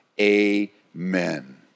Amen